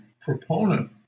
proponent